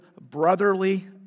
brotherly